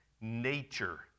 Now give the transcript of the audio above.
nature